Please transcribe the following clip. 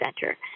Center